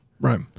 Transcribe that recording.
right